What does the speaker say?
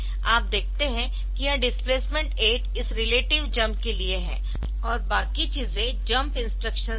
आप देखते है कि यह डिस्प्लेसमेंट 8 इस रिलेटिव जम्प के लिए है और बाकी चीजें जम्प इंस्ट्रक्शंस है